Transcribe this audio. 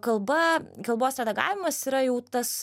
kalba kalbos redagavimas yra jau tas